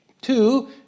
Two